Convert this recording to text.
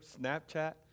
Snapchat